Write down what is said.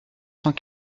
cent